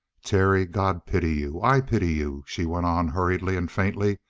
terry, god pity you. i pity you, she went on hurriedly and faintly.